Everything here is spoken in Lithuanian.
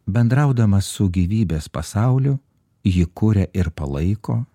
bendraudama su gyvybės pasauliu jį kuria ir palaiko